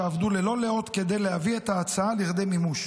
שעבד ללא לאות כדי להביא את ההצעה לכדי מימוש.